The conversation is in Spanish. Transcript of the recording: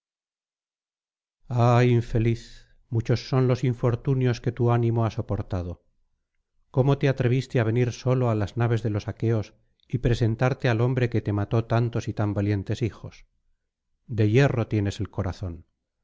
infeliz muchos son los infortunios que tu ánimo ha soportado cómo te atreviste á venir solo á las naves de los aqueos y presentarte al hombre que te mató tantos y tan valientes hijos de hierro tienes el corazón